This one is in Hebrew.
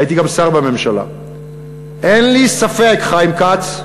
הייתי גם שר בממשלה, ואין לי ספק, חיים כץ,